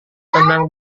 tenang